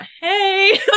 Hey